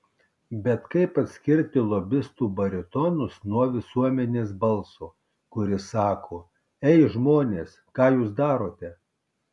bet kaip atskirti lobistų baritonus nuo visuomenės balso kuris sako ei žmonės ką jūs darote